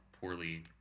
poorly